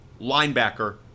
linebacker